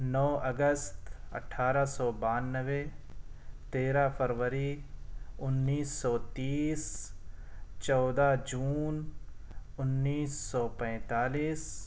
نو اگست اٹھارہ سو بانوے تیرہ فروری انیس سو تیس چودہ جون انیس سو پینتالیس